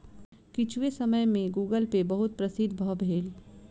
किछुए समय में गूगलपे बहुत प्रसिद्ध भअ भेल